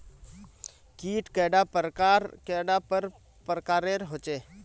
कीट कैडा पर प्रकारेर होचे?